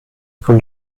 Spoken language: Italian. con